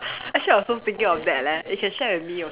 actually I was also thinking of that leh you can share with me also